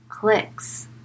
Clicks